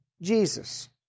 Jesus